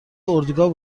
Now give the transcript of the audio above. اردوگاه